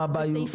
מוסכם.